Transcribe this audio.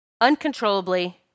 uncontrollably